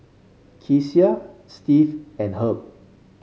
Kecia Steve and Herb